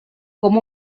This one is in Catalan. com